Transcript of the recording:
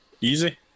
easy